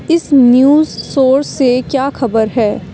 اس news source سے کیا خبر ہے